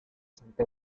santa